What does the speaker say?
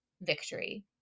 victory